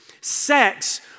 sex